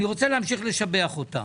אני רוצה להמשיך לשבח אותה.